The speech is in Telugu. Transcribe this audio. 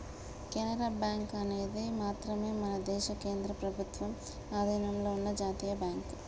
కెనరా బ్యాంకు అనేది మాత్రమే మన దేశ కేంద్ర ప్రభుత్వ అధీనంలో ఉన్న జాతీయ బ్యాంక్